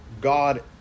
God